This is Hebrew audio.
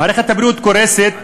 מערכת הבריאות קורסת,